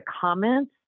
comments